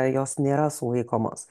jos nėra sulaikomos